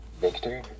Victor